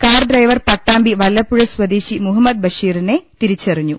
car driver Pattambi Vallappuzha സ്വദേശി മുഹമ്മദ് ബഷീറിനെ തിരിച്ചറിഞ്ഞു